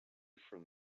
from